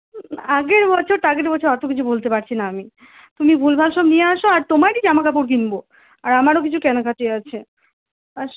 আগের বছর বছর অত কিছু বলতে পারছি না আমি তুমি ভুলভাল সব নিয়ে আস আর তোমারই জামাকাপড় কিনব আর আমারও কিছু কেনাকাটি আছে